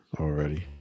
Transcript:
already